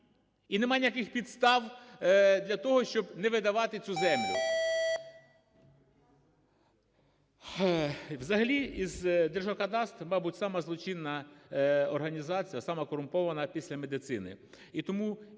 І нема ніяких підстав для того, щоб не видавати цю землю. Взагалі Держгеокадастр – мабуть, сама злочинна організація, сама корумпована після медицини,